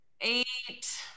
Eight